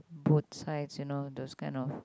both sides you know those kind of